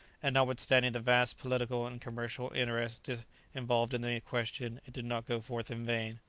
and notwithstanding the vast political and commercial interests involved in the question, it did not go forth in vain.